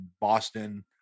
Boston